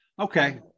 Okay